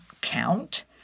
count